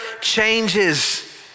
changes